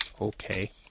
Okay